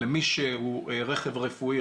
למי שהוא עם רכב רפואי,